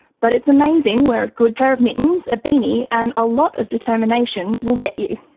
but it's amazing where a good pair of mittens, a beanie and a lot of determination will get you.